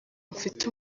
mfite